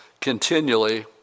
continually